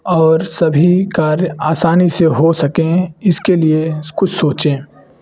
और सभी कार्य आसानी से हो सकें इसके लिए कुछ सोचें